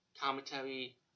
commentary